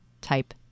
type